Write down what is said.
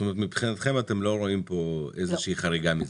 זאת אומרת שמבחינתכם אתם לא רואים פה איזו חריגה מזה.